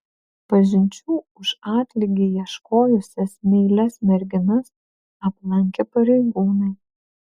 pažinčių už atlygį ieškojusias meilias merginas aplankė pareigūnai